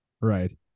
Right